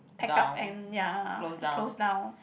pack up and ya he throws down